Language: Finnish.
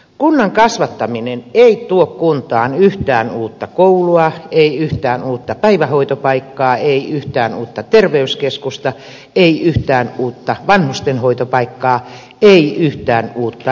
kunnan kasvattaminen ei tuo kuntaan yhtään uutta koulua ei yhtään uutta päivähoitopaikkaa ei yhtään uutta terveyskeskusta ei yhtään uutta vanhustenhoitopaikkaa ei yhtään uutta lääkäriä